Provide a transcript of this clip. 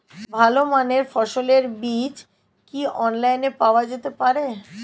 ভালো মানের ফসলের বীজ কি অনলাইনে পাওয়া কেনা যেতে পারে?